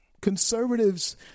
conservatives